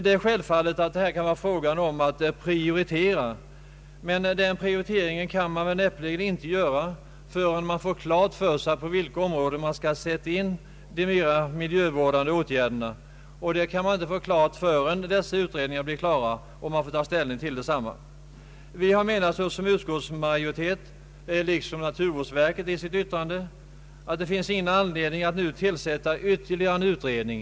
Det är självskrivet att det blir fråga om att prioritera, men den prioriteringen kan man näppeligen göra förrän man fått klart för sig, på vilka områden man skall sätta in de miljövårdande åtgärderna. Detta kan man inte få klart förrän dessa utredningar är färdiga och man kan ta ställning till dem. Utskottsmajoriteten har liksom naturvårdsverket i sitt yttrande menat att det inte finns någon anledning att nu tillsätta ytterligare en utredning.